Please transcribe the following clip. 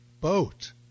boat